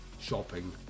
shopping